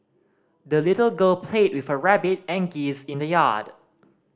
the little girl played with her rabbit and geese in the yard